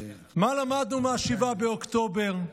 מה למדנו מ-7 באוקטובר?